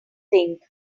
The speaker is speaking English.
think